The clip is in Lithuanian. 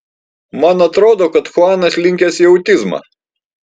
man atrodo kad chuanas linkęs į autizmą